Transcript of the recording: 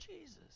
Jesus